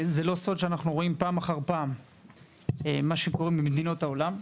זה לא סוד שאנחנו רואים פעם אחר פעם מה שקורה במדינות העולם,